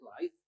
life